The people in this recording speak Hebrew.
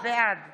בעד